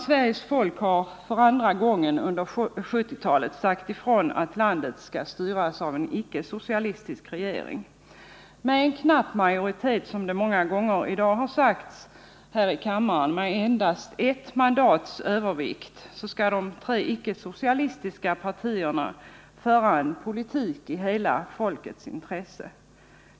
Sveriges folk har för andra gången under 1970-talet sagt ifrån att landet skall styras av en icke socialistisk regering. Med en, som det många gånger i dag har sagts här i kammaren, knapp majoritet i riksdagen med endast ett mandats övervikt skall de tre icke-socialistiska partierna föra en politik i hela folkets intresse.